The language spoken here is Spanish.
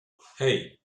hey